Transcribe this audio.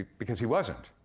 because he wasn't,